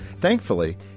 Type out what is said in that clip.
Thankfully